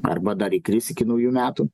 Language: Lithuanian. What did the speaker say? arba dar įkris iki naujų metų